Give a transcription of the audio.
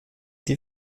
die